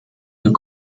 your